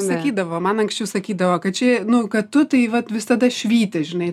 sakydavo man anksčiau sakydavo kad čia nu kad tu tai vat visada švyti žinai